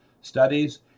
studies